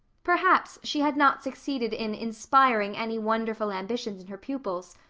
perhaps she had not succeeded in inspiring any wonderful ambitions in her pupils,